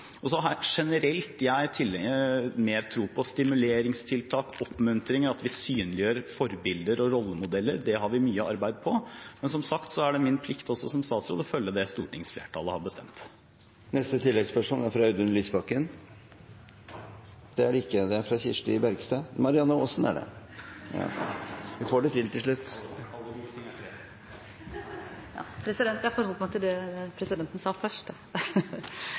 generelt mer tro på stimuleringstiltak, oppmuntring og at vi synliggjør forbilder og rollemodeller. Om det har vi mye arbeid. Som sagt er det min plikt som statsråd å følge opp det stortingsflertallet har bestemt. Neste oppfølgingsspørsmål er fra Audun Lysbakken. Det er det ikke, det er fra Kirsti Bergstø. – Marianne Aasen er det! Vi får det til til slutt. Alle gode ting er tre. Statsråden har tidligere i denne runden snakket om at tiltak for å bedre kjønnsbalansen er delegert til